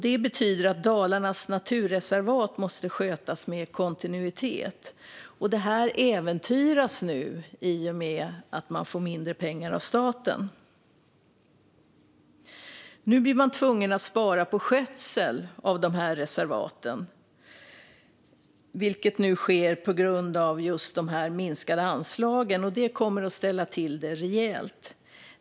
Det betyder att Dalarnas naturreservat måste skötas med kontinuitet. Detta äventyras nu i och med att man får mindre pengar av staten. Nu blir man tvungen att spara på skötsel av reservaten, vilket nu sker på grund av de minskade anslagen, och det kommer att ställa till det rejält.